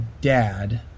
dad